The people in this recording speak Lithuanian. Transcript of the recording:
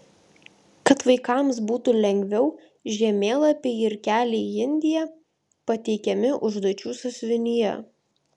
kad vaikams būtų lengviau žemėlapiai ir keliai į indiją pateikiami užduočių sąsiuvinyje